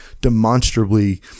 demonstrably